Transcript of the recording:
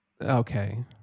Okay